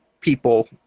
people